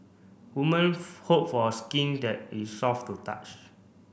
woman hope for a skin that is soft to touch